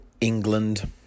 England